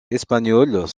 espagnoles